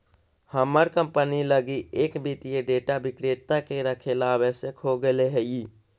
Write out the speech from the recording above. हमर कंपनी लगी एक वित्तीय डेटा विक्रेता के रखेला आवश्यक हो गेले हइ